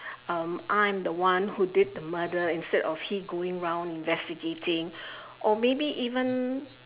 um I am the one who did the murder instead of he going around investigating or maybe even